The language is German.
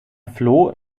floh